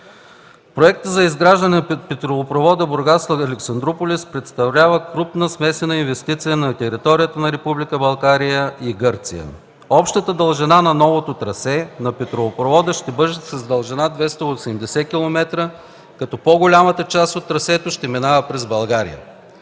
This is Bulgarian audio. „Проектът за изграждане на петролопровода „Бургас – Александруполис” представлява крупна смесена инвестиция на територията на Република България и Гърция. Общата дължина на новото трасе на петролопровода ще бъде с обща дължина 280 километра, като по-голямата част от трасето ще минава през България.